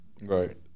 Right